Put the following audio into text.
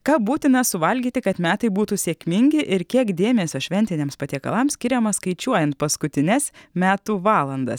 ką būtina suvalgyti kad metai būtų sėkmingi ir kiek dėmesio šventiniams patiekalams skiriama skaičiuojant paskutines metų valandas